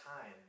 time